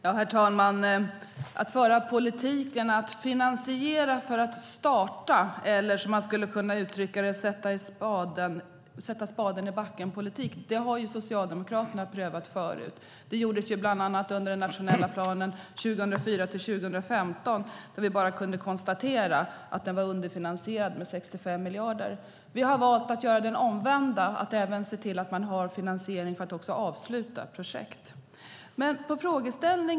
Herr talman! Att föra en politik där man finansierar för att starta eller, som jag skulle kunna uttrycka det, en sätta-spaden-i-backen-politik har ju Socialdemokraterna prövat förut. Det gjordes bland annat för den nationella planen 2004-2015, då vi bara kunde konstatera att den var underfinansierad med 65 miljarder. Vi har valt att göra det omvända och även se till att ha finansiering för att avsluta projekt.